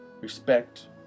respect